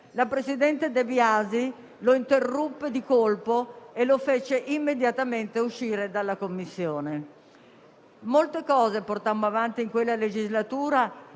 il presidente De Biasi lo interruppe di colpo e lo fece immediatamente uscire dalla Commissione. Molte cose portammo avanti in quella legislatura,